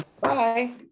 Bye